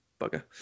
bugger